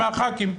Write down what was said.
מהח"כים,